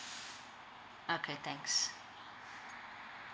okay thanks